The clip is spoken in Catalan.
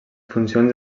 funcions